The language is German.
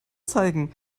zeigen